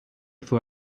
fue